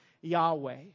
Yahweh